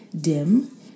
DIM